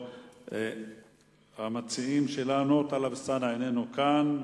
חבר הכנסת טלב אלסאנע, אינו כאן.